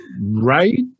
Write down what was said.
right